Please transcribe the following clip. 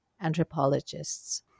anthropologists